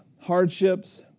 hardships